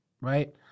Right